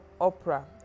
opera